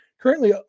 Currently